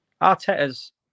Arteta's